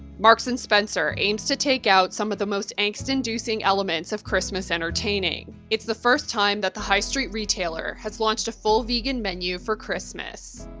marks and spencer aims to take out some of the most angst-inducing elements of christmas entertaining. it's the first time that the high street retailer has launched a full vegan menu for christmas.